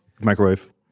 Microwave